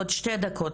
בעוד שתי דקות,